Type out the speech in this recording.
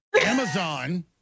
amazon